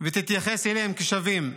ותתייחס אליהם כשווים.